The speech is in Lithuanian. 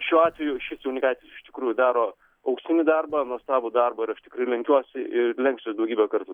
šiuo atveju šis jaunikaitis iš tikrųjų daro auksinį darbą nuostabų darbą ir aš tikrai lenkiuosi ir lenksiuos daugybę kartų